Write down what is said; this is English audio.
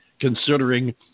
considering